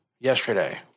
yesterday